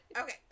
Okay